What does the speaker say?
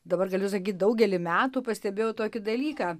dabar galiu sakyt daugelį metų pastebėjau tokį dalyką